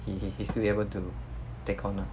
he he he's still able to take on lah